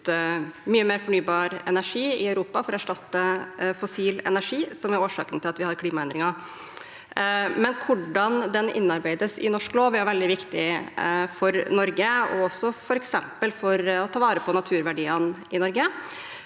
fornybar energi i Europa for å erstatte fossil energi, som er årsaken til at vi har klimaendringer. Hvordan det innarbeides i norsk lov, er veldig viktig for Norge, også for f.eks. å ta vare på naturverdiene i Norge.